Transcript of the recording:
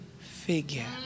figure